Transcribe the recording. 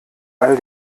all